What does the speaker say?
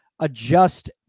adjust